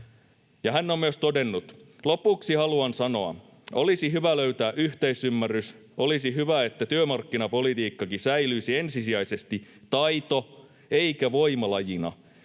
hän on myös todennut: ”Lopuksi haluan sanoa: Olisi hyvä löytää yhteisymmärrys. Olisi hyvä, että työmarkkinapolitiikkakin säilyisi ensisijaisesti taito- eikä voimalajina.